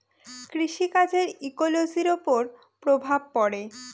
কৃষি কাজের ইকোলোজির ওপর প্রভাব পড়ে